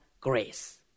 grace